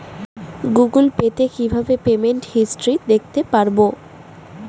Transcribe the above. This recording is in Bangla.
গুগোল পে তে কিভাবে পেমেন্ট হিস্টরি দেখতে পারবো?